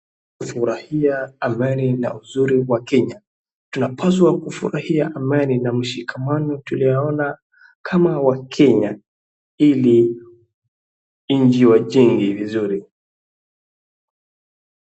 Furahia amani na uzuri wa Kenya, tunapaswa kufurahia amani na ushikamano tunaona kama wakenya ili nchi ijenge vizuri.